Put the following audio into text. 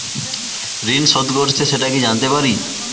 ঋণ শোধ করেছে সেটা কি জানতে পারি?